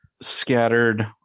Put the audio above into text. scattered